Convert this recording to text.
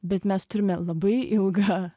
bet mes turime labai ilgą